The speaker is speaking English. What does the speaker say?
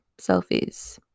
selfies